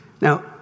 Now